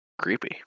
Creepy